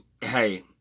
Hey